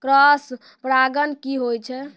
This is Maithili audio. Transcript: क्रॉस परागण की होय छै?